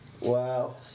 Wow